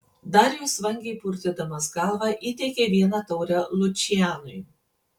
darijus vangiai purtydamas galvą įteikė vieną taurę lučianui